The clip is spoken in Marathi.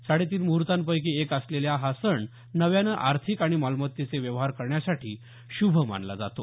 साडेतीन मुहुतंपैकी एक असलेला हा सण नव्यानं आर्थिक आणि मालमत्तेचे व्यवहार करण्यासाठी शुभ मानला जातो